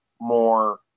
more